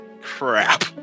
Crap